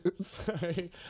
Sorry